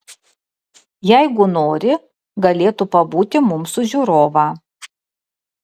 jeigu nori galėtų pabūti mums už žiūrovą